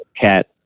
cat